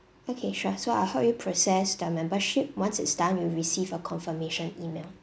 okay sure so I'll help you process the membership once it's done you'll receive a confirmation email